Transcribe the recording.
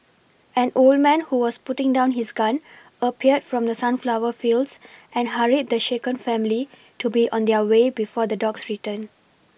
an old man who was putting down his gun appeared from the sunflower fields and hurried the shaken family to be on their way before the dogs return